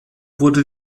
wurde